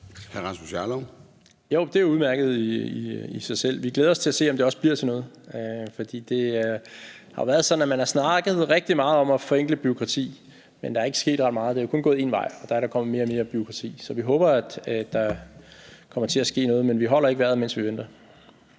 Rasmus Jarlov (KF): Jo, det er udmærket i sig selv. Vi glæder os til at se, om det også bliver til noget. For det har jo været sådan, at man har snakket rigtig meget om at forenkle bureaukratiet, men der er ikke sket ret meget; det er jo kun gået en vej, og der er der kommet mere og mere bureaukrati. Så vi håber, at der kommer til at ske noget, men vi holder ikke vejret, mens vi venter.